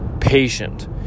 patient